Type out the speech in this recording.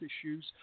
issues